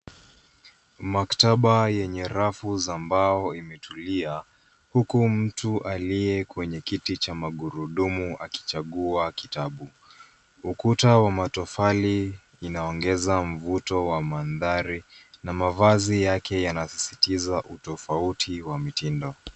Maktaba yenye rafu za mbao imetulia, huku mtu aliye kwenye kiti cha magurudumu akichagua kitabu. Ukuta wa matofali inaongeza mvuto wa mandhari na mavazi yake yanisisitiza utofauti wa mitindo.